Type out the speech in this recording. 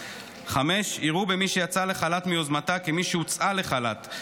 5. יראו במי שיצאה לחל"ת מיוזמתה כמי שהוצאה לחל"ת,